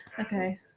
Okay